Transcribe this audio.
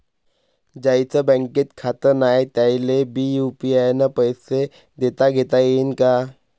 ज्याईचं बँकेत खातं नाय त्याईले बी यू.पी.आय न पैसे देताघेता येईन काय?